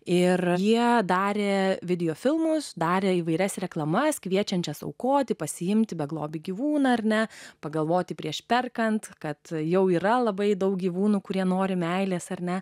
ir jie darė videofilmus darė įvairias reklamas kviečiančias aukoti pasiimti beglobį gyvūną ar net pagalvoti prieš perkant kad jau yra labai daug gyvūnų kurie nori meilės ar ne